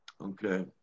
Okay